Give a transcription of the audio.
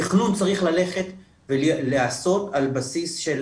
תכנון צריך ללכת ולהיעשות על בסיס של